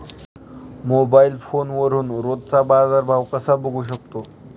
Mobile फोनवरून रोजचा बाजारभाव कसा बघू शकतो?